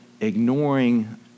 ignoring